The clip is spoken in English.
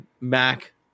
Mac